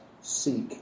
seek